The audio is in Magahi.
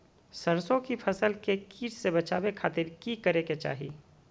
सरसों की फसल के कीट से बचावे खातिर की करे के चाही?